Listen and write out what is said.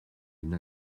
une